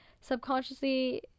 subconsciously